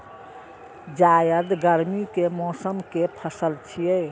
जायद गर्मी के मौसम के पसल छियै